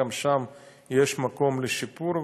גם שם יש מקום לשיפור,